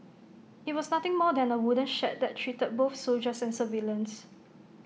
IT was nothing more than A wooden shed that treated both soldiers and civilians